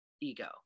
ego